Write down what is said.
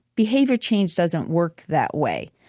behavior change doesn't work that way.